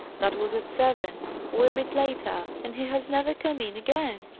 that was at seven, or a bit later and he has never come in again.